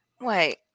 Wait